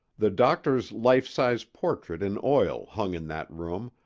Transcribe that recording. the doctor's life-size portrait in oil hung in that room,